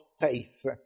faith